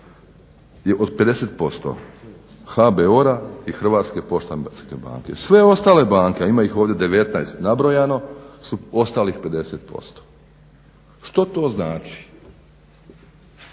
i od 50% HBOR-a i HPB-a, sve ostale banke a ima ih ovdje 19 nabrojano su ostalih 50%. Što to znači?